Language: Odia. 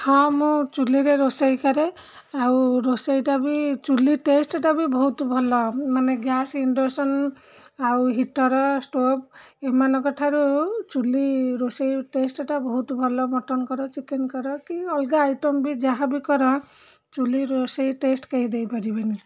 ହଁ ମୁଁ ଚୁଲିରେ ରୋଷେଇ କରେ ଆଉ ରୋଷେଇଟା ବି ଚୁଲି ଟେଷ୍ଟଟା ବି ବହୁତ ଭଲ ମାନେ ଗ୍ୟାସ୍ ଇଣ୍ଡକ୍ସନ୍ ଆଉ ହିଟର୍ ଷ୍ଟୋଭ୍ ଏମାନଙ୍କ ଠାରୁ ଚୁଲି ରୋଷେଇ ଟେଷ୍ଟଟା ବହୁତ ଭଲ ମଟନ୍ କର ଚିକେନ୍ କର କି ଅଲଗା ଆଇଟମ୍ ବି ଯାହା ବି କର ଚୁଲି ରୋଷେଇ ଟେଷ୍ଟ କେହି ଦେଇପାରିବେନି